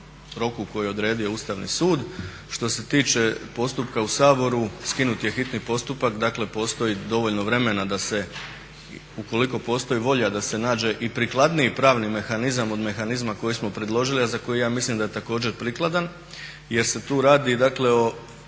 roku koji je odredio Ustavni sud. Što se tiče postupka u Saboru skinut je hitni postupak, dakle postoji dovoljno vremena da se ukoliko postoji volja da se nađe i prikladniji pravni mehanizam od mehanizma koji smo predložili a za koji ja mislim da je također prikladan jer se tu radi dakle o